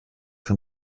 von